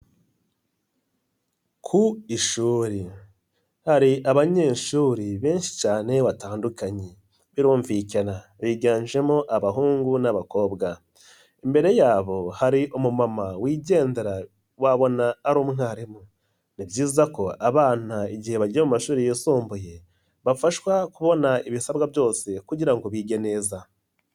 Ku ishuri hari abanyeshuri benshi cyane batandukanye birumvikana biganjemo abahungu n'abakobwa, imbere yabo hari umumama wigendera wabona ari umwarimu, ni byiza ko abana igihe bagiye mu mashuri yisumbuye bafashwa kubona ibisabwa byose kugirango bige neza.